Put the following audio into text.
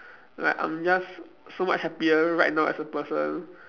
like I'm just so much happier right now as a person